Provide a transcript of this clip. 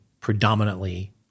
predominantly